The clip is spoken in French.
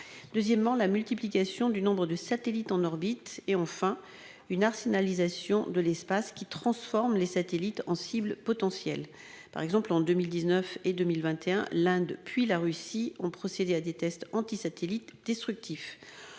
deuxièmement, la multiplication du nombre de satellites en orbite ; troisièmement, une « arsenalisation » de l'espace, qui transforme les satellites en cibles potentielles. Par exemple, en 2019 et 2021, l'Inde, puis la Russie ont procédé à des tests antisatellites destructifs.